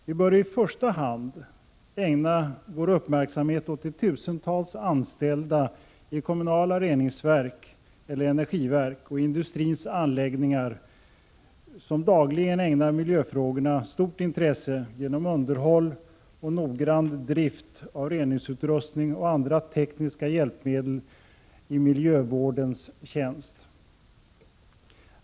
Vi bör i första hand ägna uppmärksamheten åt de tusentals anställda i kommunala reningsverk eller energiverk och industrins anläggningar, som dagligen ägnar miljöfrågorna stort intresse genom underhåll och noggrann drift av reningsutrustning och andra tekniska hjälpmedel i miljövårdens tjänst.